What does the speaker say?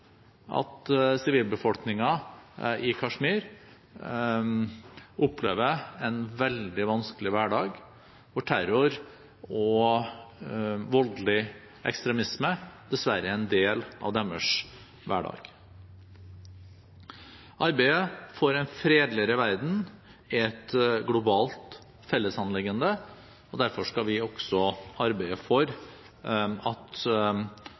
at sivilbefolkningen i Kashmir opplever en veldig vanskelig hverdag, hvor terror og voldelig ekstremisme dessverre er en del av deres hverdag. Arbeidet for en fredeligere verden er et globalt fellesanliggende, og derfor skal vi også arbeide for at